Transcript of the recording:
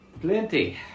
Plenty